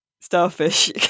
starfish